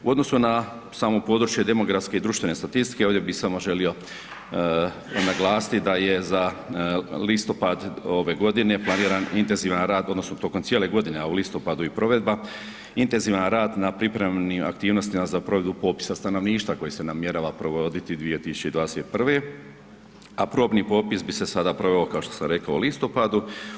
U odnosu na samo područje demografske i društvene statistike, ovdje bih samo želio naglasiti da je za listopad ove godine planiran intenzivan rad, odnosno tokom cijele godine, a u listopadu i provedba, intenzivan rad na pripremnim aktivnostima za provedbu popisa stanovništva koje se namjerava provoditi 2021., a probni popis bi se sada proveo kao što sam rekao u listopadu.